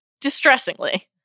Distressingly